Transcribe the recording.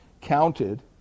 counted